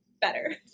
better